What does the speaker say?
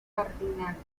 cardinales